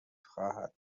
خواهد